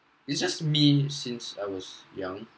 it's just me since I was young